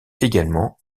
également